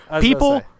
people